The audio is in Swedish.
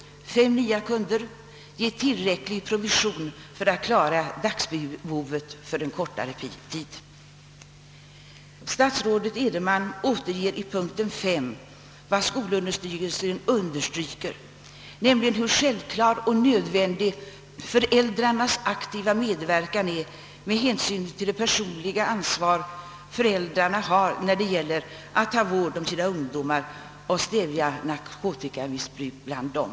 Fem nya kunder ger tillräcklig provision för att klara dagsbehovet för en kortare tid. Statsrådet Edenman återger i punkten 5 vad skolöverstyrelsen understryker, nämligen hur självklar och nödvändig föräldrarnas aktiva medverkan är med hänsyn till det personliga ansvar som de har när det gäller att ta vård om sina ungdomar och stävja narkotikabruk bland dem.